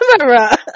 camera